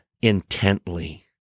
intently